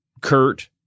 Kurt